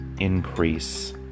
increase